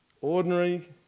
Ordinary